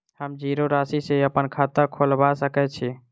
हम जीरो राशि सँ अप्पन खाता खोलबा सकै छी?